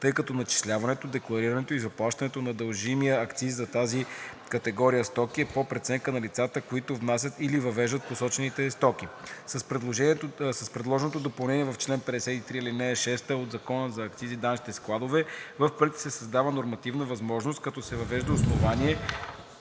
тъй като начисляването, декларирането и заплащането на дължимия акциз за тази категория стоки е по преценка на лицата, които внасят или въвеждат посочените стоки. С предложеното допълнение в чл. 53, ал. 6 от Закона за акцизите и данъчните складове в Проекта се създава нормативна възможност, като се въвежда основание